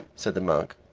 said the monk,